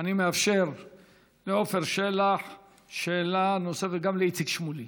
אני מאפשר לעפר שלח שאלה נוספת, וגם לאיציק שמולי.